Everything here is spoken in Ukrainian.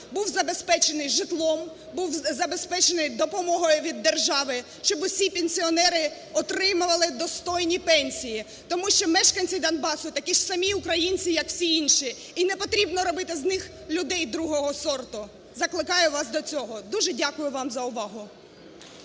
був забезпечений житлом, був забезпечений допомогою від держави, щоб усі пенсіонери отримували достойні пенсії. Тому що мешканці Донбасу – такі ж самі українці, як всі інші, і не потрібно робити з них людей другого сорту. Закликаю вас до цього. Дуже дякую вам за увагу.